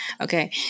okay